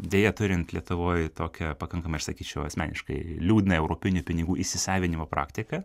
deja turint lietuvoj tokią pakankamai aš sakyčiau asmeniškai liūdną europinių pinigų įsisavinimo praktiką